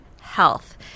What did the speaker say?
health